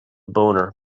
boner